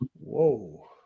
Whoa